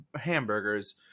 hamburgers